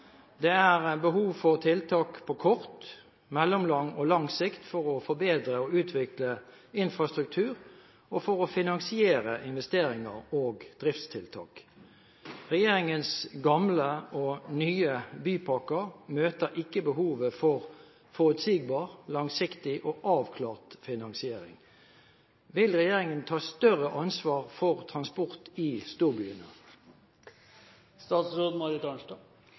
Det er behov for tiltak på kort, mellomlang og lang sikt for å forbedre og utvikle infrastruktur og for å finansiere investeringer og driftstiltak. Regjeringens gamle og nye «bypakker» møter ikke behovet for forutsigbar, langsiktig og avklart finansiering. Vil regjeringen ta større ansvar for transport i